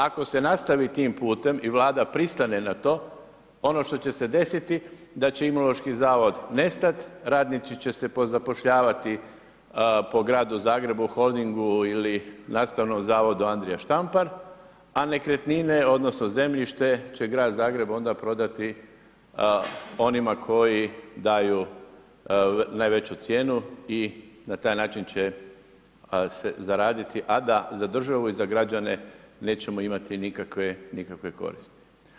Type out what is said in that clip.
Ako se nastavi tim putem i Vlada pristane na to, ono što će se desiti, da će Imunološki zavod nestati, radnici će se pozapošljavati po Gradu Zagrebu, Holdingu ili nastavno Zavodu Andrija Štampar, a nekretnine odnosno, zemljište će Grad Zagreb, onda prodati onima koji daju najveću cijenu i na taj način će se zaraditi, a da za državu i za građane nećemo imati nikakve koristi.